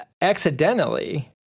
accidentally